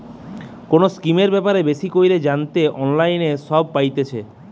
কোনো স্কিমের ব্যাপারে বেশি কইরে জানতে অনলাইনে সব পাইতেছে